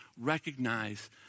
recognize